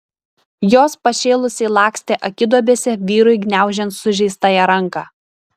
jos pašėlusiai lakstė akiduobėse vyrui gniaužiant sužeistąją ranką